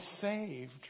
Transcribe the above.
saved